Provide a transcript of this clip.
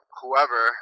whoever